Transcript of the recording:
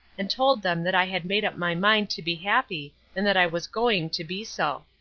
and told them that i had made up my mind to be happy and that i was going to be so.